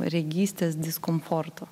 regystės diskomforto